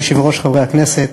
אדוני היושב-ראש, חברי הכנסת,